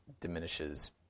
diminishes